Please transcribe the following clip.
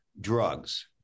drugs